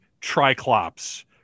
triclops